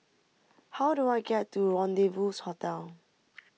how do I get to Rendezvous Hotel